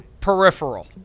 Peripheral